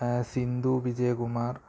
Sindhu Vijayakumar